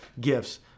gifts